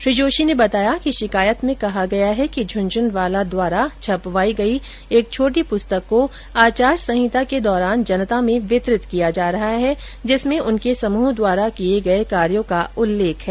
श्री जोशी ने बताया कि शिकायत में कहा गया है कि झुनझुनवाला द्वारा छपवाई गई एक छोटी पुस्तक को आचार संहिता के दौरान जनता में वितरित किया जा रहा है जिसमें उनके समूह द्वारा किए गए कार्यो का उल्लेख है